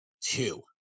two